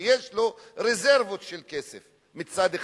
יש לו רזרבות של כסף מצד אחד.